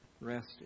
Rest